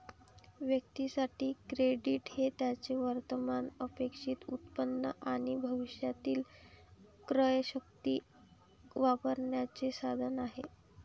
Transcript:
व्यक्तीं साठी, क्रेडिट हे त्यांचे वर्तमान अपेक्षित उत्पन्न आणि भविष्यातील क्रयशक्ती वापरण्याचे साधन आहे